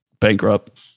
bankrupt